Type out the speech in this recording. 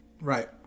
Right